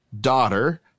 daughter